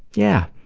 yeah.